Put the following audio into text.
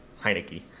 Heineke